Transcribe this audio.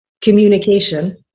communication